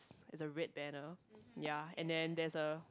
is a red banner ya and then there's a